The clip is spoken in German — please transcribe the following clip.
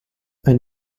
ein